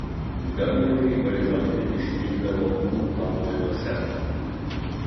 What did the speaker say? garlaiviai horizonte išnykdavo dūmų kamuoliuose